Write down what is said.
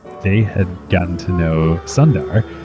they had gone to know sundar,